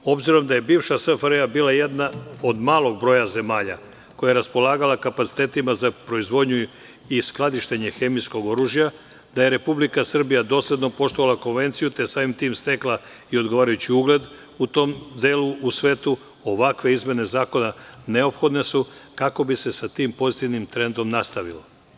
Obzirom da je bivša SFRJ bila jedna od malog broja zemalja, koja je raspolagala kapacitetima za proizvodnju i skladištenje hemijskog oružja, da je Republika Srbija dosledno poštovala Konvenciju, te samim tim stekla i odgovarajući ugled u tom delu u svetu, ovakve izmene zakona neophodne su kako bi se sa tim pozitivnim trendom nastavilo.